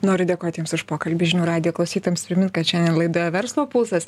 noriu dėkoti jums už pokalbį žinių radijo klausytojams primint kad šiandien laidoje verslo pulsas